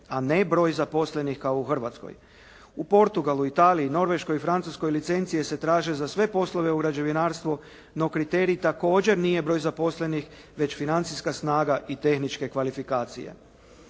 a ne broj zaposlenih kao u Hrvatskoj. U Portugalu, Italiji, Norveškoj i Francuskoj licencije se traže za sve poslove u građevinarstvu, no kriterij također nije broj zaposlenih, već financijska snaga i tehničke kvalifikacije.